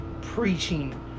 Preaching